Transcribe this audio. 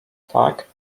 tak